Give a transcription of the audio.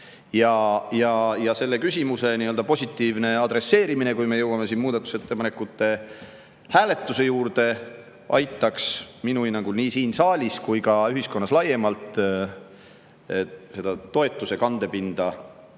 Selle küsimuse nii-öelda positiivne adresseerimine, kui me jõuame siin muudatusettepanekute hääletuse juurde, aitaks minu hinnangul nii siin saalis kui ka ühiskonnas laiemalt selle toetuse kandepinda